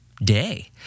day